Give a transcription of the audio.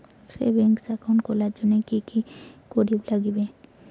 Savings account খুলির জন্যে কি কি করির নাগিবে?